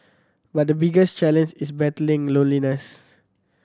but the biggest challenge is battling loneliness